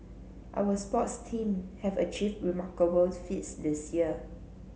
our sports team have achieved remarkable feats this year